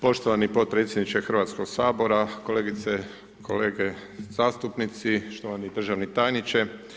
Poštovani potpredsjedniče Hrvatskog sabora, kolegice, kolege zastupnici, štovani državni tajniče.